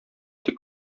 тик